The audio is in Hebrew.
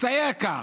הצטייר כך.